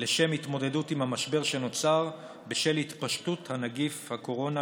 לשם התמודדות עם המשבר שנוצר בשל התפשטות נגיף הקורונה,